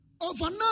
Overnight